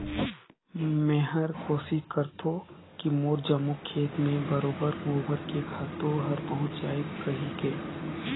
मेहर कोसिस करथों की मोर जम्मो खेत मे बरोबेर गोबर के खातू हर पहुँच जाय कहिके